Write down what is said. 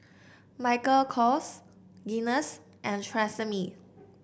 Michael Kors Guinness and Tresemme